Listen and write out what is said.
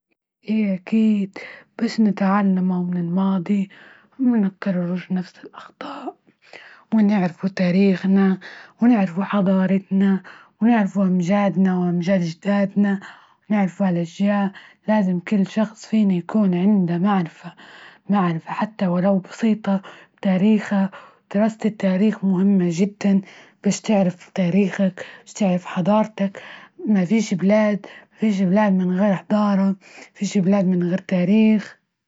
إني أكيد باش نتعلمو من الماضي ومنكرروش نفس الأخطاء، ونعرفو تاريخنا ونعرفو حضارتنا ونعرفو أمجادنا وأمجاد أجدادنا ونعرفو هالأشياء لازم كل شخص فينا يكون عنده معرفة معرفة حتى ولو تاريخها دراسة التاريخ مهمة جدا بس تعرف تاريخك تعرف حضارتك ما فيش- بلاد ما فيش بلاد من غير حضارة ،مافيش بلاد من غير تاريخ.